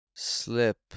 Slip